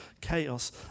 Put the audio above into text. chaos